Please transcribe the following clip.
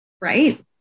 right